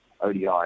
ODI